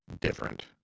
different